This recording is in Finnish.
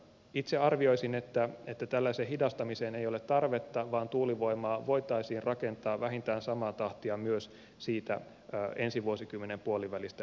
itse arvioisin että tällaiseen hidastamiseen ei ole tarvetta vaan tuulivoimaa voitaisiin rakentaa vähintään samaa tahtia myös siitä ensi vuosikymmenen puolivälistä eteenpäin